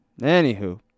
Anywho